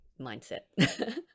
mindset